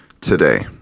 today